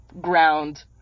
ground